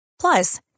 Plus